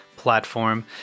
platform